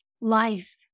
life